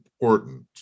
important